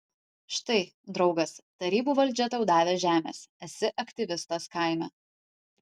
štai draugas tarybų valdžia tau davė žemės esi aktyvistas kaime